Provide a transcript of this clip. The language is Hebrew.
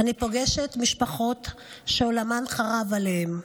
אני פוגשת משפחות שעולמן חרב עליהן.